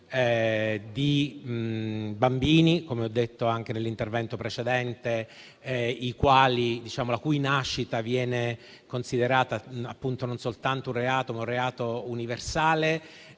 di bambini, come ho detto anche nell'intervento precedente, la cui nascita viene considerata, appunto, non soltanto un reato, ma un reato universale.